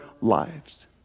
lives